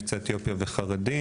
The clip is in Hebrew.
יוצאי אתיופיה וחרדים,